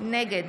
נגד